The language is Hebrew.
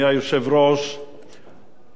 השרים, חברי חברי הכנסת,